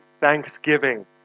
thanksgiving